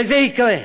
וזה יקרה.